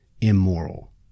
immoral